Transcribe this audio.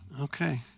Okay